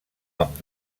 amb